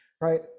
right